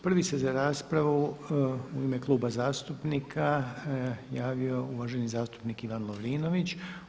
Prvi se za raspravu u ime Kluba zastupnika javio uvaženi zastupnik Ivan Lovrinović.